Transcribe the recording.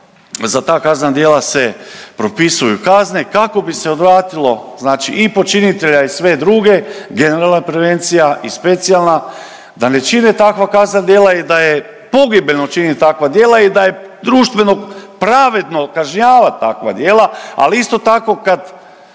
za ta kaznena djela se propisuju kazne kako bi se odvratilo i počinitelja i sve druge, generalna prevencija i specijalna da ne čine takva kaznena djela jer da je pogibeljno činiti takva djela i da je društveno pravedno kažnjavat takva djela. Ali isto tako kad